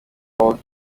world